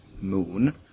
moon